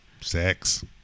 sex